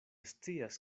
scias